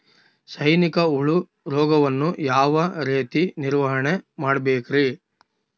ಸೈನಿಕ ಹುಳು ರೋಗವನ್ನು ಯಾವ ರೇತಿ ನಿರ್ವಹಣೆ ಮಾಡಬೇಕ್ರಿ?